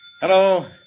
Hello